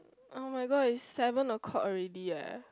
[oh]-my-god is seven o-clock already eh